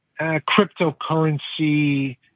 cryptocurrency